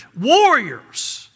warriors